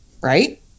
right